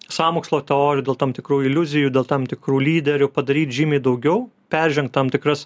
sąmokslo teorijų dėl tam tikrų iliuzijų dėl tam tikrų lyderių padaryt žymiai daugiau peržengt tam tikras